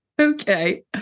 okay